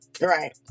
Right